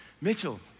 Mitchell